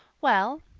well,